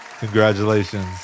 Congratulations